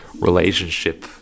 relationship